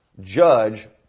judge